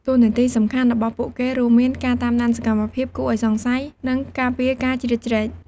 តួនាទីសំខាន់របស់ពួកគេរួមមាន ការតាមដានសកម្មភាពគួរឱ្យសង្ស័យ និងការពារការជ្រៀតជ្រែក។